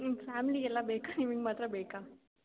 ನಿಮ್ಮ ಫ್ಯಾಮಿಲಿಗೆ ಎಲ್ಲ ಬೇಕಾ ನಿಮಿಗೆ ಮಾತ್ರ ಬೇಕಾ